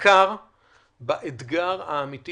בעיקר באתגר האמיתי